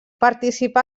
participà